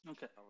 Okay